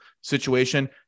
situation